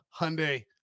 hyundai